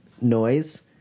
noise